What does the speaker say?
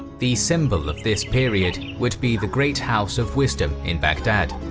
the symbol of this period would be the great house of wisdom in baghdad.